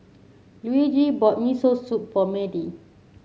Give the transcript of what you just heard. Luigi bought Miso Soup for Madie